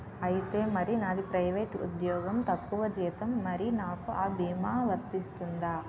ఐతే మరి నాది ప్రైవేట్ ఉద్యోగం తక్కువ జీతం మరి నాకు అ భీమా వర్తిస్తుందా?